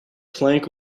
plank